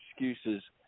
excuses